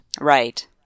Right